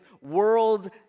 world